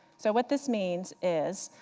so what this means is,